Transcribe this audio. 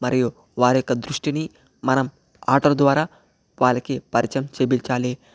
మరియు వారి యొక్క దృష్టిని మనం ఆటల ద్వారా వారికి పరిచయం చేయించాలి